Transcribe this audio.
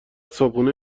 صبحونه